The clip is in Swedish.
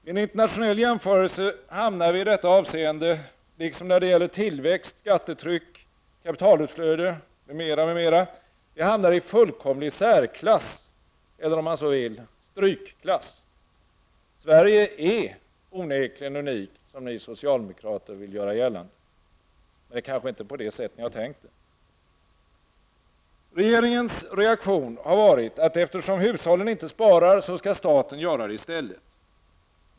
Vid en internationell jämförelse hamnar vi i detta avseende -- liksom när det gäller tillväxt, skattetryck, kapitalutflöde m.m. -- i fullkomlig särsklass, eller om man så vill, strykklass. Sverige är onekligen unikt, som ni socialdemokrater vill göra gällande, men kanske inte på det sätt ni har tänkt er. Regeringens reaktion har varit, att eftersom hushållen inte sparar skall staten göra det i stället.